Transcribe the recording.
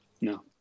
No